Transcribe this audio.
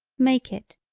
make it,